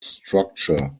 structure